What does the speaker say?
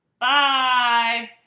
bye